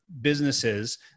businesses